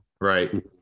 right